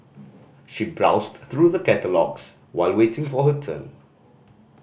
she browsed through the catalogues while waiting for her turn